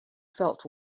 felt